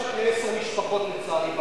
לצערי, זה היום רק לעשר משפחות בארץ.